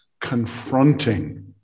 confronting